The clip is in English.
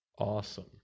awesome